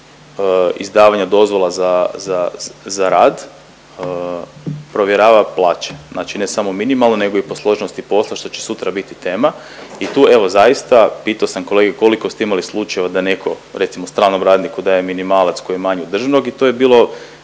izdavanja dozvola za rad provjerava plaće, znači ne samo minimalne nego i po složenosti posla što će sutra biti tema, i tu evo zaista pito sam kolege koliko ste imali slučajeva da neko, recimo stranom radniku daje minimalac koji je manji od državnog i to je bilo